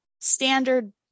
standard